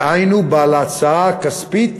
דהיינו בעל ההצעה הכספית